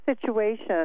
situation